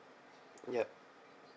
yup